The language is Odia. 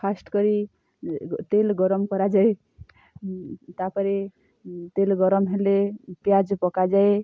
ଫାର୍ଷ୍ଟ କରି ତେଲ ଗରମ କରାଯାଏ ତା ପରେ ତେଲ ଗରମ ହେଲେ ପିଆଜ ପକାଯାଏ